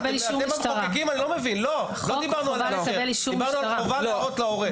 דיברנו על חובה להראות להורה.